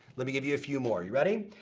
lemme give you a few more, you ready?